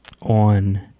on